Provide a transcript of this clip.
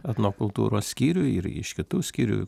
etnokultūros skyriuj ir iš kitų skyrių